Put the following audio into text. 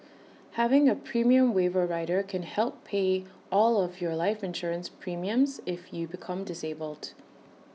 having A premium waiver rider can help pay all of your life insurance premiums if you become disabled